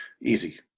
easy